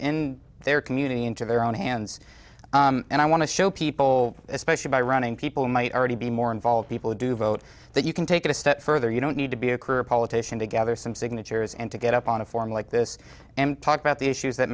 in their community into their own hands and i want to show people especially by running people might already be more involved people who do vote that you can take it a step further you don't need to be a career politician to gather some signatures and to get up on a forum like this and talk about the issues that